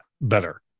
better